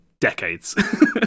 decades